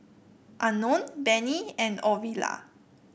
Unknown Benny and Ovila